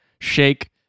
Shake